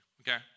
Okay